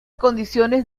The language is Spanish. condiciones